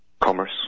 commerce